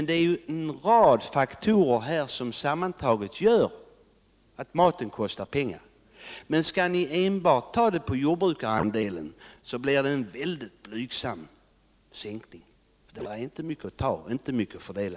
Det är ju en rad faktorer som sammantaget gör att maten kostar pengar, och skall ni göra en sänkning genom att ta enbart av jordbrukarandelen, då blir det en väldigt blygsam sänkning. Där finns nämligen inte mycket att ta.